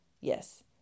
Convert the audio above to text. Yes